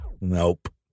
Nope